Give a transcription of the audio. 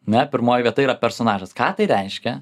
ne pirmoji vieta yra personažas ką tai reiškia